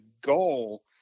goal